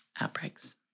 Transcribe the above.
outbreaks